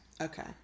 okay